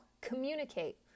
Communicate